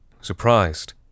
surprised